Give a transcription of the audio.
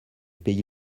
pays